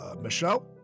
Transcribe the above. Michelle